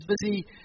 busy